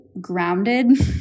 grounded